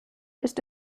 ist